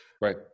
Right